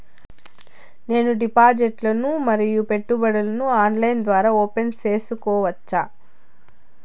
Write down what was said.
నేను డిపాజిట్లు ను మరియు పెట్టుబడులను ఆన్లైన్ ద్వారా ఓపెన్ సేసుకోవచ్చా?